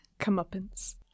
Comeuppance